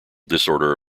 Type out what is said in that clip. disorder